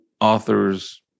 authors